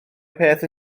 peth